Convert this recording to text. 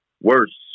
worse